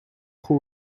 who